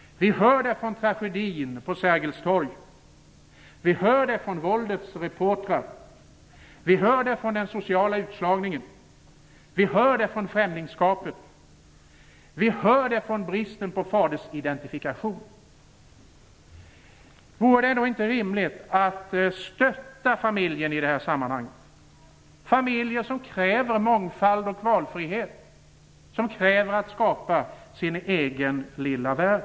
Vi hör det från tragedin på Sergels torg, vi hör det från våldets reportrar, vi hör det från den sociala utslagningen, vi hör det från främlingskapet, vi hör det från bristen på fadersidentifikation. Vore det då inte rimligt att stötta familjen i detta sammanhang, familjen som kräver mångfald och valfrihet, som kräver att få skapa sin egen lilla värld?